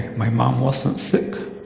my mom wasn't sick.